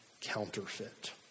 counterfeit